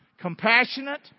compassionate